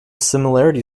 similarity